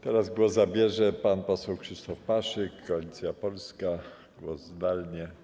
Teraz głos zabierze pan poseł Krzysztof Paszyk, Koalicja Polska, zdalnie.